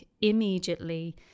immediately